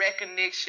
recognition